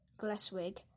Gleswig